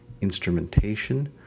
instrumentation